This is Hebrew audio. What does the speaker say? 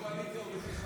שני דורות.